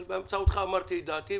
אבל באמצעותך אמרתי את דעתי.